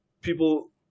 people